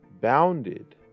bounded